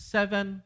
Seven